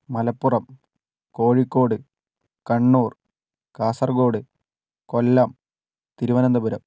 Malappuram Kozhikode Kannur Kasaragod Kollam Thiruvananthapuram